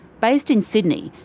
based in sydney,